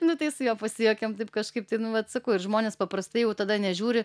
nu tai su juo pasijuokėm taip kažkaip tai nu vat sakau ir žmonės paprastai jau tada nežiūri